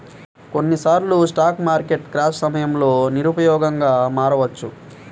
కొన్నిసార్లు స్టాక్ మార్కెట్లు క్రాష్ సమయంలో నిరుపయోగంగా మారవచ్చు